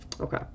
Okay